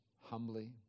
humbly